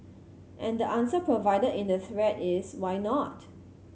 and the answer provided in the thread is why not